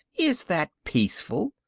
is that peaceful?